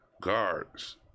guards